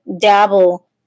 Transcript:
dabble